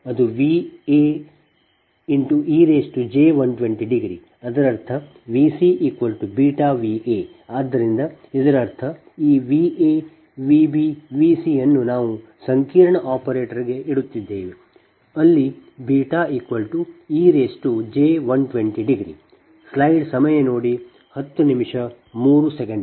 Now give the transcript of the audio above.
ಆದ್ದರಿಂದ ಇದರರ್ಥ ಈ Va Vb Vcಅನ್ನು ನಾವು ಸಂಕೀರ್ಣ ಆಪರೇಟರ್ ಗೆ ಇಡುತ್ತಿದ್ದೇವೆ ಅಲ್ಲಿ βej120